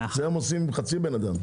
אצלם עושים עם חצי בן אדם.